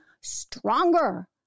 stronger